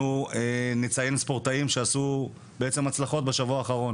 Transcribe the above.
אנחנו נציין ספורטאים שעשו הצלחות בשבוע האחרון.